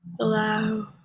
allow